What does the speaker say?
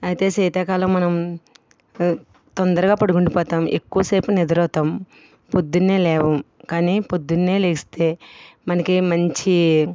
అయితే శీతాకాలం మనం తొందరగా పడుకుండిపోతాం ఎక్కువసేపు నిద్రపోతాం పొద్దున్న లేయ్యము కానీ పొద్దున్న లేస్తే మనకి మంచి